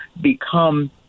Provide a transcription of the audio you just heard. become